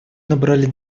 набрали